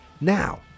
Now